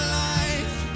life